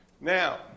Now